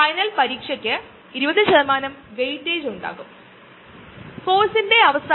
ഇവിടെ മറ്റ് സങ്കീർണതകളും ഉണ്ട് എന്നാൽ ഇത് മരണത്തിലേക്ക് നയിക്കുന്ന ഒരു കാര്യമാണ്